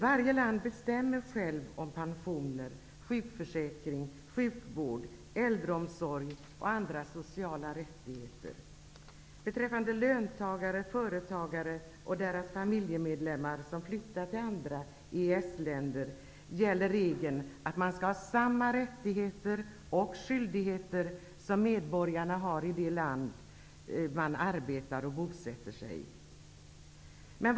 Varje land bestämmer själv om pensioner, sjukförsäkringar, sjukvård, äldreomsorg och andra sociala rättigheter. För löntagare och för företagare och deras familjemedlemmar som flyttar till andra EES-länder gäller regeln om samma rättigheter och skyldigheter som för medborgarna i det land som man arbetar och bosätter sig i.